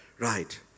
Right